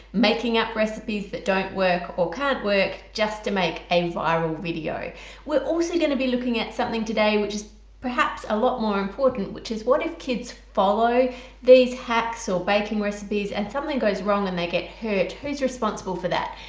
making up recipes that don't work or can't work just to make a viral video we're also going to be looking at something today which is perhaps a lot more important which is what if kids follow these hacks or baking recipes and something goes wrong and they get hurt, who's responsible for that?